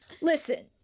Listen